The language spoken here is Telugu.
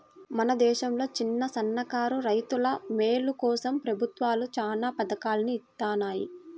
మన దేశంలో చిన్నసన్నకారు రైతుల మేలు కోసం ప్రభుత్వాలు చానా పథకాల్ని ఇత్తన్నాయి